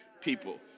people